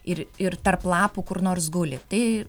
ir ir tarp lapų kur nors guli tai